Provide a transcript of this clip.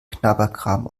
knabberkram